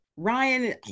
Ryan